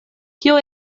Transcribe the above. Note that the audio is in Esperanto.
kio